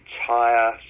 entire